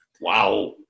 Wow